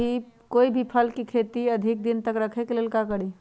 कोई भी फल के अधिक दिन तक रखे के ले ल का करी?